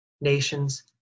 nations